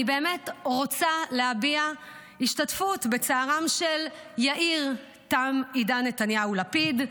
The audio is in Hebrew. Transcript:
אני באמת רוצה להביע השתתפות בצערם של יאיר "תם עידן נתניהו" לפיד,